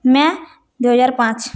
ମେ ଦୁଇହଜାର ପାଞ୍ଚ